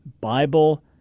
Bible